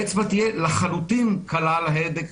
האצבע תהיה לחלוטין קלה על ההדק,